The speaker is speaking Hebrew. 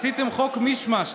עשיתם חוק מישמש,